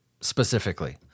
specifically